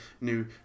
new